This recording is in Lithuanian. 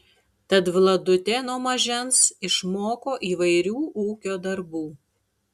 tad vladutė nuo mažens išmoko įvairių ūkio darbų